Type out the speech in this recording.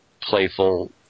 playful